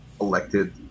elected